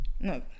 No